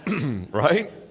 Right